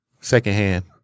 secondhand